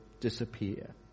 disappear